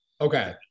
okay